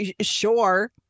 sure